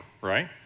right